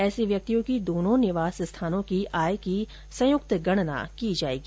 ऐसे व्यक्तियों की दोनों निवास स्थानों की आय की संयुक्त गणना की जाएगी